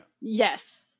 Yes